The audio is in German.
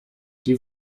die